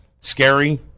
scary